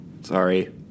sorry